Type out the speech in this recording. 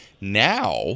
Now